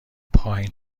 پایین